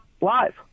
live